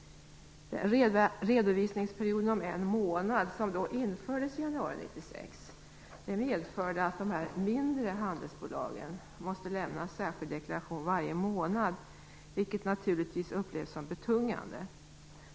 Den redovisningsperiod om en månad som infördes i januari 1996 medförde att de mindre handelsbolagen måste lämna särskild deklaration varje månad, vilket naturligtvis upplevs som betungande.